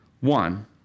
One